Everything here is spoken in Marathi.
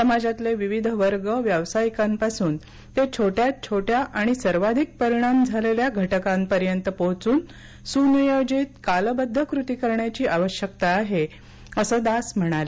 समाजातले विविध वर्ग व्यावसायिकांपासून ते छोट्यात छोट्या आणि सर्वाधिक परिणाम झालेल्या घटकांपर्यंत पोहोचून सुनियोजित कालबद्ध कृती करण्याची आवश्यकता आहे असं दास म्हणाले